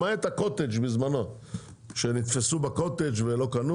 למעט הקוטג' בזמנו שנתפסו בקוטג' ולא קנו